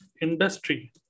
industry